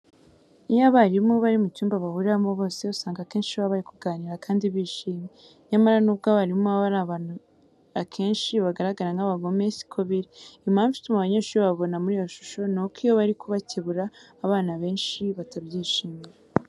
Iyo abarimu bari mu cyumba bahuriramo bose usanga akenshi baba bari kuganira kandi bishimye. Nyamara nubwo abarimu baba ari abantu akenshi bagaragara nk'abagome si ko biri. Impamvu ituma abanyeshuri bababona muri iyo shusho nuko iyo bari kubakebura abana benshi batabyishimira.